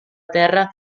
terra